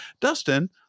dustin